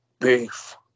beef